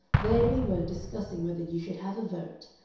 there we were discussing whether you should have a vote,